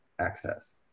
access